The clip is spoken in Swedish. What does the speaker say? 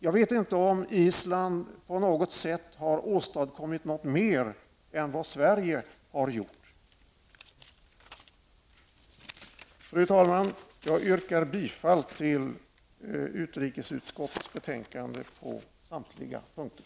Jag vet inte om Island på något sätt har åstadkommit något mer än Fru talman! Jag yrkar bifall till utrikesutskottets betänkande nr 16 på samtliga punkter.